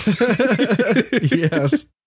Yes